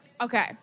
Okay